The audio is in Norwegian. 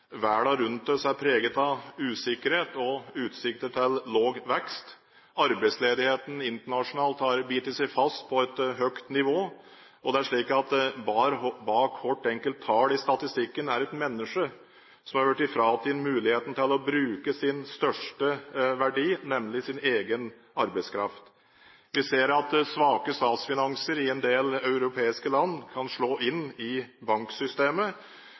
Verden rundt oss er preget av usikkerhet og utsikter til lav vekst. Arbeidsledigheten internasjonalt har bitt seg fast på et høyt nivå. Det er slik at bak hvert enkelt tall i statistikken er det et menneske som har blitt fratatt muligheten til å bruke sin største verdi, nemlig sin egen arbeidskraft. Vi ser at svake statsfinanser i en del europeiske land kan slå inn i banksystemet,